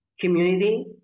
community